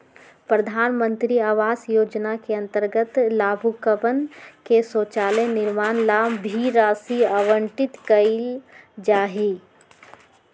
प्रधान मंत्री आवास योजना के अंतर्गत लाभुकवन के शौचालय निर्माण ला भी राशि आवंटित कइल जाहई